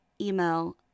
email